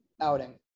outing